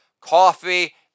Coffee